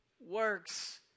works